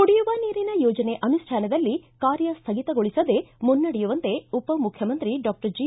ಕುಡಿಯುವ ನೀರಿನ ಯೋಜನೆ ಅನುಷ್ಠಾನದಲ್ಲಿ ಕಾರ್ಯ ಸ್ವಗಿತಗೊಳಿಸದೇ ಮುನ್ನಡೆಯುವಂತೆ ಉಪಮುಖ್ಯಮಂತ್ರಿ ಡಾಕ್ಟರ್ ಜಿ